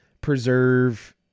preserve